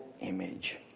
image